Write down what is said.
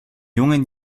jungen